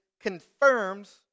confirms